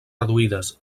reduïdes